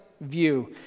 view